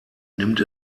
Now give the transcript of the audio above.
nimmt